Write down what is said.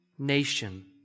nation